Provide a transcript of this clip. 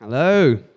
Hello